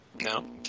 No